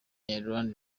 ireland